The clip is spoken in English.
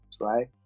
right